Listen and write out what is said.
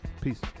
peace